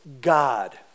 God